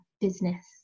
business